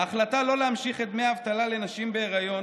ההחלטה לא להמשיך את דמי האבטלה לנשים בהיריון